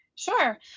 Sure